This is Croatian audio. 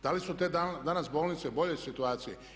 Da li su te danas bolnice u boljoj sanaciji?